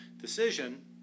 decision